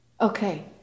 Okay